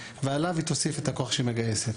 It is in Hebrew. ועליו היא תוסיף את הכוח שהיא מגייסת.